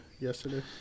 Yesterday